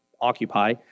occupy